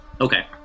Okay